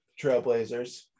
Trailblazers